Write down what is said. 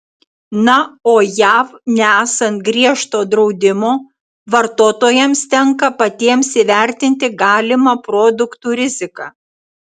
na o jav nesant griežto draudimo vartotojams tenka patiems įvertinti galimą produktų riziką